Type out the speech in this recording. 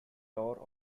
tour